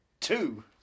Two